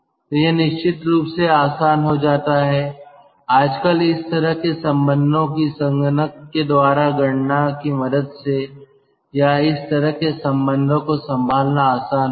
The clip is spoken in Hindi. तो यह निश्चित रूप से आसान हो जाता है आजकल इस तरह के संबंधों की संगणक के द्वारा गणना की मदद से या इस तरह के संबंधों को संभालना आसान हो गया